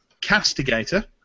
Castigator